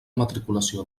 matriculació